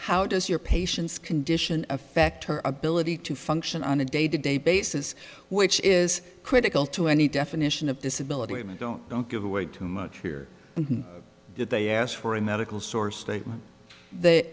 how does your patient's condition affect her ability to function on a day to day basis which is critical to any definition of disability women don't don't give away too much here and they asked for a medical source that